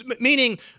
Meaning